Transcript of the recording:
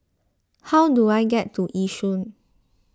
how do I get to Yishun